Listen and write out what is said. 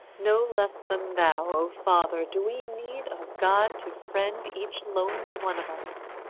no less than thou, o father, do we need a god to friend each lonely one of us.